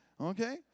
Okay